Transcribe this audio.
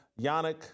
Yannick